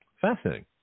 Fascinating